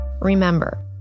Remember